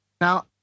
Now